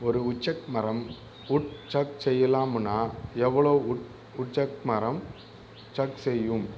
ஒரு வுட்சக் மரம் wood chuck செய்யலாம்னா எவ்வளவு வுட் வுட்சக் மரம் சக் செய்யும்